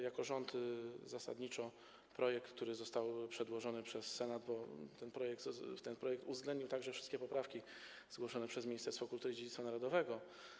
Jako rząd zasadniczo popieramy projekt, który został przedłożony przez Senat, bo ten projekt uwzględnił także wszystkie poprawki zgłoszone przez Ministerstwo Kultury i Dziedzictwa Narodowego.